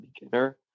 beginner